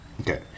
Okay